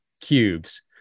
cubes